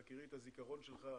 בהכירי את הזיכרון שלך,